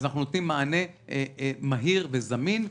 אז אנחנו נותנים מענה מהיר וזמין.